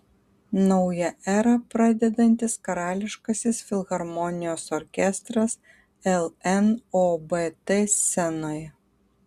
naują erą pradedantis karališkasis filharmonijos orkestras lnobt scenoje